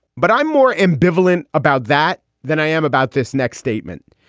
but i'm more ambivalent about that than i am about this next statement.